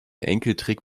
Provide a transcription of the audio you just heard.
enkeltrick